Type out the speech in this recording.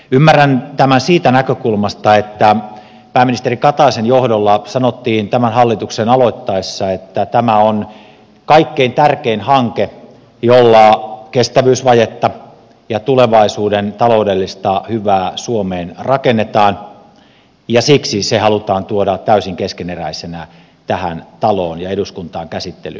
ymmärrän tämän siitä näkökulmasta että pääministeri kataisen johdolla sanottiin tämän hallituksen aloittaessa että tämä on kaikkein tärkein hanke jolla kestävyysvajetta supistetaan ja tulevaisuuden taloudellista hyvää suomeen rakennetaan ja siksi se halutaan tuoda täysin keskeneräisenä tähän taloon ja eduskuntaan käsittelyyn